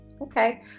Okay